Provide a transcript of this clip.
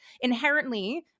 inherently